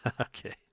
Okay